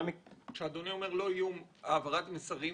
בהעברת מסרים